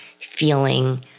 feeling